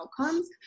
outcomes